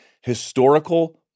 historical